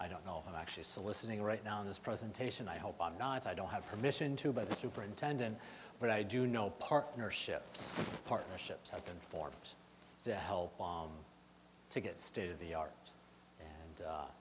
i don't know actually soliciting right now in this presentation i hope i'm not i don't have permission to buy the superintendent but i do know partnerships partnerships have been forms to help to get state of the art and